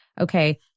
okay